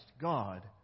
God